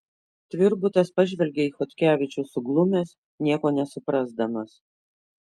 tvirbutas pažvelgia į chodkevičių suglumęs nieko nesuprasdamas